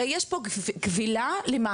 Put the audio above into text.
הרי יש פה כבילה למעסיק,